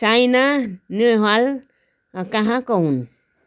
साइना नेहवाल कहाँका हुन्